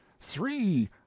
three